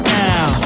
now